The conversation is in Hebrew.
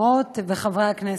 חברות וחברי הכנסת,